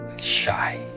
shy